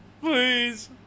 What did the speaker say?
Please